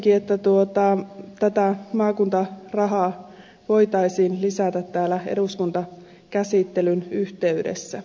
toivoisinkin että tätä maakuntarahaa voitaisiin lisätä täällä eduskuntakäsittelyn yhteydessä